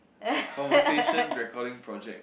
conversation recording project